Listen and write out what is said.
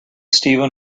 steven